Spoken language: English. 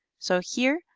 so here,